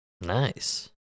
Nice